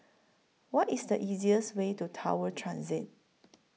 What IS The easiest Way to Tower Transit